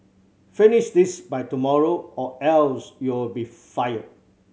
finish this by tomorrow or else you'll be fired